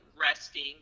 resting